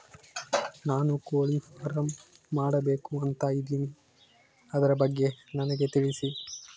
ನಾನು ಕೋಳಿ ಫಾರಂ ಮಾಡಬೇಕು ಅಂತ ಇದಿನಿ ಅದರ ಬಗ್ಗೆ ನನಗೆ ತಿಳಿಸಿ?